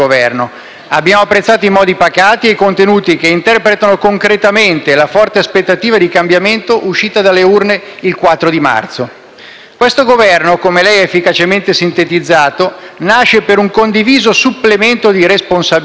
Abbiamo apprezzato i modi pacati e i contenuti, che interpretano concretamente la forte aspettativa di cambiamento uscita dalle urne il 4 marzo. Questo Governo, come lei ha efficacemente sintetizzato, nasce per un condiviso supplemento di responsabilità,